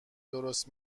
درست